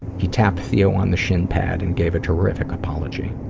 he tapped theo on the shin pad and gave a terrific apology.